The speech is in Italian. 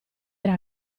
era